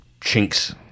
chinks